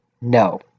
No